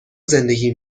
زندگی